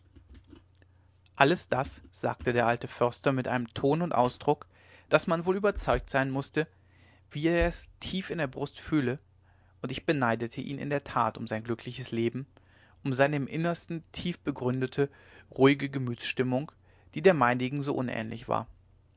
alles das sagte der alte förster mit einem ton und ausdruck daß man wohl überzeugt sein mußte wie er es tief in der brust fühle und ich beneidete ihn in der tat um sein glückliches leben um seine im innersten tiefbegründete ruhige gemütsstimmung die der meinigen so unähnlich war